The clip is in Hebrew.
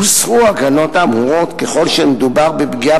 הוסרו ההגנות האמורות ככל שמדובר בפגיעה